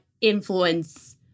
influence